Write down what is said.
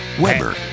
Weber